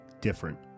Different